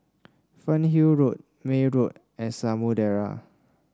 Fernhill Road May Road and Samudera